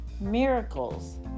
miracles